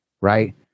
right